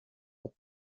fet